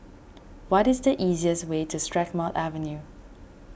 what is the easiest way to Strathmore Avenue